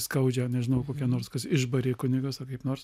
skaudžią nežinau kokia nors kas išbarė kunigas ar kaip nors